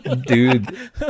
Dude